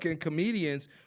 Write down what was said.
comedians